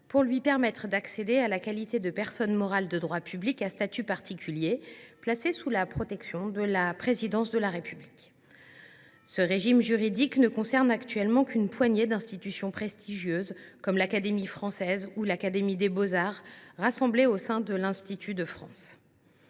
pour lui permettre d’accéder à la qualité de personne morale de droit public à statut particulier placée sous la protection du Président de la République. Ce régime juridique ne concerne actuellement qu’une poignée d’institutions prestigieuses, comme l’Académie française ou l’Académie des beaux arts, rassemblées au sein de l’Institut de France.